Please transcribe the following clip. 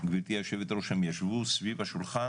גבירתי היושבת-ראש, הם ישבו סביב השולחן